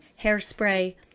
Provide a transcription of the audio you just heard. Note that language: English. hairspray